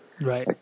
Right